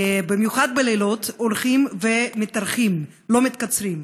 במיוחד בלילות, הולכות ומתארכות, לא מתקצרות.